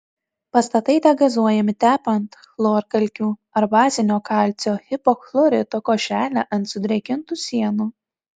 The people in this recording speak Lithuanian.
pastatai degazuojami tepant chlorkalkių ar bazinio kalcio hipochlorito košelę ant sudrėkintų sienų